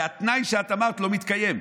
והתנאי שאת אמרת לא מתקיים,